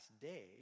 day